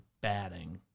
batting